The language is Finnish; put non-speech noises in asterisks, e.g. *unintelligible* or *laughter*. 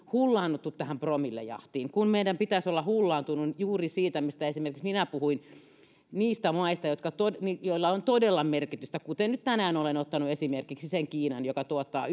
*unintelligible* hullaantuneet tähän promillejahtiin kun meidän pitäisi olla hullaantunut juuri siitä mistä esimerkiksi minä puhuin niistä maista joilla on todella merkitystä kuten nyt tänään olen ottanut esimerkiksi kiinan joka tuottaa *unintelligible*